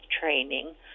training